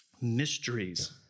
mysteries